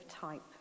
type